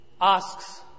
asks